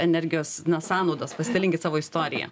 energijos sąnaudas pasidalinkit savo istorija